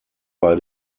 bei